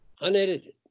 unedited